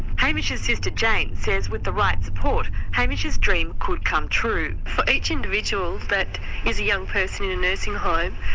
hamish's sister jane says with the right support, hamish's dream could come true. for each individual that is a young person in a nursing home